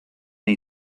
der